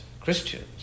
Christians